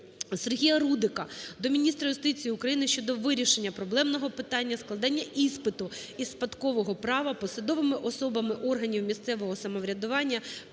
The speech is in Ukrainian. Сергія Рудика до міністра юстиції України щодо вирішення проблемного питання складання іспиту із спадкового права посадовими особами органів місцевого самоврядуванняКам'янського,